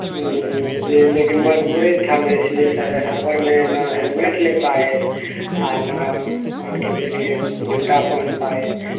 जी लेकिन मजबूरी था न इसलिए सर हड़बड़ में न हेलमेट ले पाए आ न मान के चलिए जूता पहन पाए